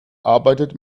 arbeitet